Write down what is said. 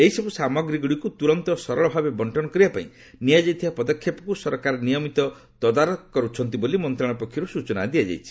ଏହିସବୁ ସାମଗ୍ରୀଗୁଡ଼ିକୁ ତୁରନ୍ତ ଓ ସରଳ ଭାବେ ବଣ୍ଟନ କରିବାପାଇଁ ନିଆଯାଇଥିବା ପଦକ୍ଷେପକୁ ସରକାର ନିୟମିତ ତଦାରଖ କରୁଛନ୍ତି ବୋଲି ମନ୍ତ୍ରଣାଳୟ ପକ୍ଷରୁ ସୂଚନା ଦିଆଯାଇଛି